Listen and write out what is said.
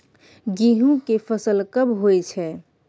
गेहूं के फसल कब होय छै?